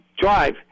drive